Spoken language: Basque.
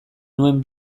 nuen